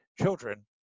Children